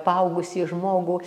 paaugusį žmogų